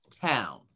town